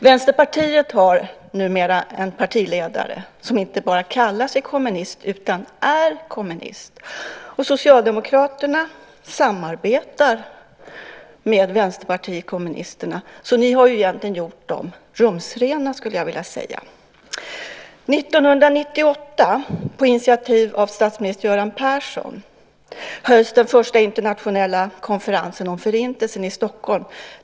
Vänsterpartiet har numera en partiledare som inte bara kallar sig kommunist utan är kommunist. Och Socialdemokraterna samarbetar med Vänsterpartiet kommunisterna, så ni har egentligen gjort dem rumsrena, skulle jag vilja säga. År 1998, på initiativ av statsminister Göran Persson, hölls den första internationella konferensen om Förintelsen i Stockholm.